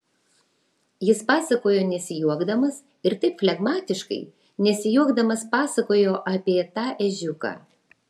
jis pasakojo nesijuokdamas ir taip flegmatiškai nesijuokdamas pasakojo apie tą ežiuką